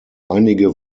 einige